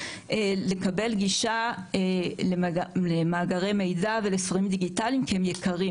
לקבל גישה למאגרי מידע ולספרים דיגיטליים כי הם יקרים,